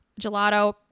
Gelato